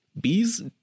bees